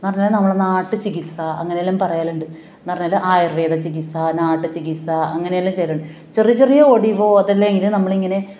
എന്ന് പറഞ്ഞാൽ നമ്മള നാട്ട് ചികിത്സ അങ്ങനെയെല്ലാം പറയലുണ്ട് എന്ന് പറഞ്ഞാൽ ആയുർവേദ ചികിത്സ നാട്ട് ചികിത്സ അങ്ങനെയെല്ലാം ചെയ്യലുണ്ട് ചെറിയ ചെറിയ ഒടിവോ അതെല്ലാം എങ്കിൽ നമ്മൾ ഇങ്ങനെ